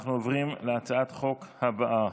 אנחנו עוברים להצעת חוק הבאה,